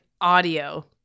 audio